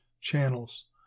channels